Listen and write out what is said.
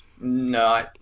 No